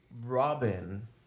Robin